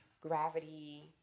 gravity